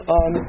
on